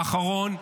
האחרון,